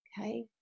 Okay